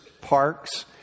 parks